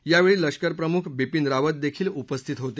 यावेळी लष्करप्रमुख बिपिन रावत देखील उपस्थित होते